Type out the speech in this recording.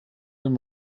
dem